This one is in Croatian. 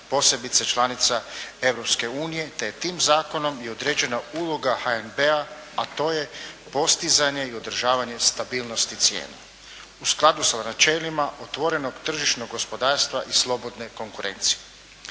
posebice članica Europske unije, te je tim zakonom i određena uloga HNB-a, a to je postizanje i održavanje stabilnosti cijena u skladu sa načelima otvorenog tržišnog gospodarstva i slobodne konkurencije.